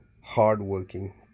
hardworking